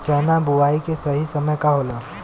चना बुआई के सही समय का होला?